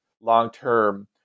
long-term